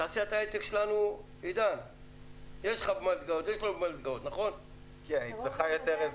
תעשיית ההייטק שלנו --- היא צריכה יותר עזרה.